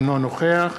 אינו נוכח